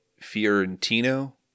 Fiorentino